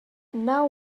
now